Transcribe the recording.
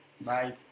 Bye